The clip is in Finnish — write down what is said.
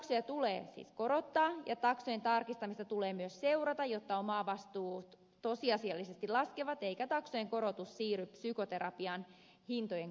korvaustaksoja tulee siis korottaa ja taksojen tarkistamista tulee myös seurata jotta omavastuut tosiasiallisesti laskevat eikä taksojen korotus siirry psykoterapian hintojen korotuksiin